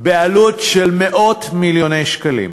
בעלות של מאות-מיליוני שקלים.